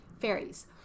fairies